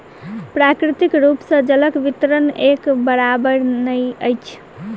प्राकृतिक रूप सॅ जलक वितरण एक बराबैर नै अछि